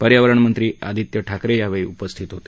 पर्यावरणमंत्री आदित्य ठाकरे यावेळी उपस्थित होते